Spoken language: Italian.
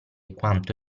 quanto